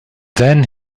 then